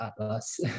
atlas